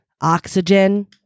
oxygen